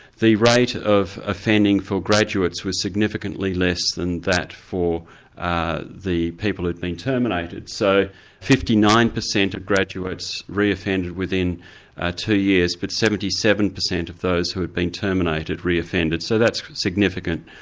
the rate of offending for graduates was significantly less than that for ah the people who'd been terminated. so fifty nine percent of graduates reoffended within two years, but seventy seven percent of those who had been terminated reoffended. so that's significant.